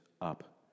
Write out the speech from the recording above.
up